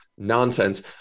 nonsense